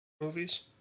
movies